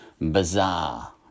bizarre